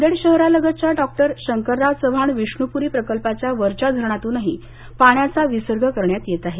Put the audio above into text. नांदेड शहरालगतच्या डॉ शंकरराव चव्हाण विष्णूप्री प्रकल्पाच्या वरच्या धरणातूनही पाण्याचा विसर्ग करण्यात येत आहे